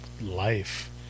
life